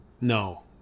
No